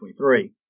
2023